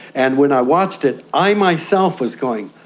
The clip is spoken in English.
and when i watched it, i myself was going,